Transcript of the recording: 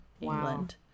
England